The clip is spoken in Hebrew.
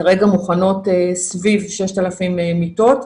כרגע מוכנות סביב 6,000 מיטות.